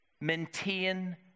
maintain